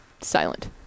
Silent